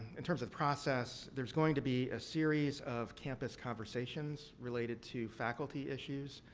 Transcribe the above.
in terms of process, there's going to be a series of campus conversations related to faculty issues.